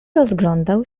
rozglądał